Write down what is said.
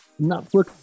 Netflix